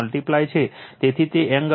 તેથી તે એક એંગલ 360 o છે